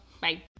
Bye